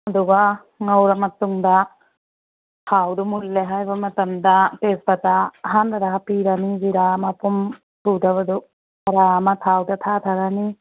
ꯑꯗꯨꯒ ꯉꯧꯔ ꯃꯇꯨꯡꯗ ꯊꯥꯎꯗꯨ ꯃꯨꯜꯂꯦ ꯍꯥꯏꯕ ꯃꯇꯝꯗ ꯇꯦꯖꯄꯥꯇꯥ ꯑꯍꯥꯟꯕꯗ ꯍꯥꯞꯄꯤꯔꯅꯤ ꯖꯤꯔꯥ ꯃꯄꯨꯝ ꯁꯨꯗꯕꯗꯨ ꯈꯔ ꯑꯃ ꯊꯥꯎꯗ ꯊꯥꯗꯔꯅꯤ